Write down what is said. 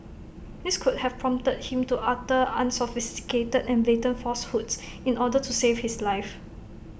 this could have prompted him to utter unsophisticated and blatant falsehoods in order to save his life